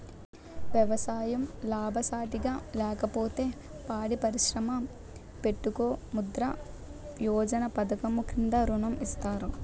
ఎవసాయం లాభసాటిగా లేకపోతే పాడి పరిశ్రమ పెట్టుకో ముద్రా యోజన పధకము కింద ఋణం ఇత్తారు